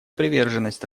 приверженность